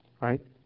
Right